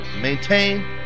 Maintain